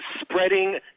spreading